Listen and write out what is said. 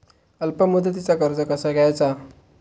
अल्प मुदतीचा कर्ज कसा घ्यायचा?